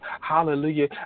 hallelujah